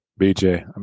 BJ